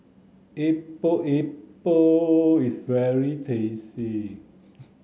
Epok Epok is very tasty